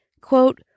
Quote